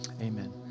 amen